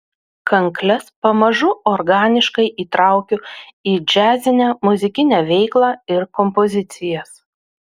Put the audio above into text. kankles pamažu organiškai įtraukiu į džiazinę muzikinę veiklą ir kompozicijas